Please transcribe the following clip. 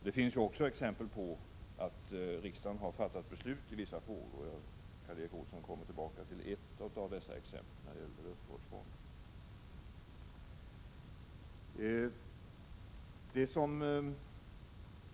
Det gäller också frågor som riksdagen har fattat beslut om, t.ex. en luftvårdsfond, som Karl Erik Olsson kommer att tala om.